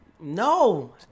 no